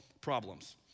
problems